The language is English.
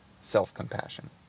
self-compassion